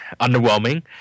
underwhelming